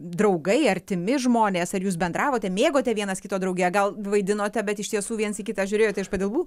draugai artimi žmonės ar jūs bendravote mėgote vienas kito draugiją gal vaidinote bet iš tiesų viens į kitą žiūrėjote iš padilbų